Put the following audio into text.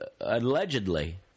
allegedly